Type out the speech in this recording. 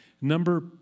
Number